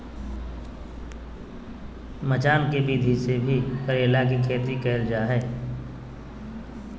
मचान के विधि से भी करेला के खेती कैल जा हय